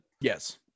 Yes